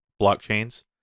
blockchains